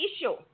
issue